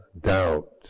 doubt